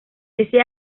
ese